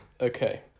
Okay